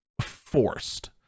forced